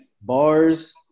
bars